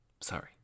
Sorry